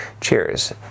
Cheers